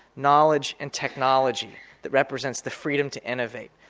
knowledge and technology that represents the freedom to innovate.